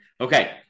Okay